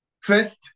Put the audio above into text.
First